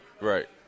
Right